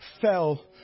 fell